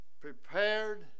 prepared